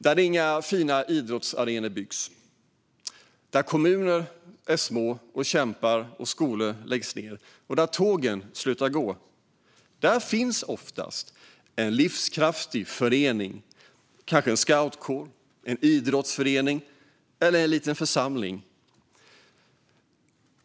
Där kommuner är små och kämpar, där inga fina idrottsarenor byggs, där skolor läggs ned och tågen slutar gå, där finns oftast en livskraftig förening - kanske en scoutkår, en idrottsförening eller en liten församling.